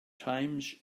times